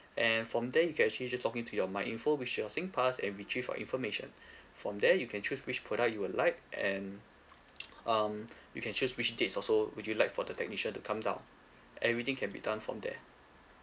and from there you can actually just login to your myinfo which is your singpass and retrieve your information from there you can choose which product you would like and um you can choose which dates also would you like for the technician to come down everything can be done from there